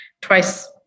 twice